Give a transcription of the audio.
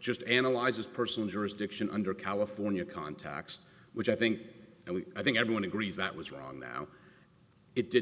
just analyzes personal jurisdiction under california contacts which i think and i think everyone agrees that was wrong now it did